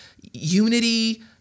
unity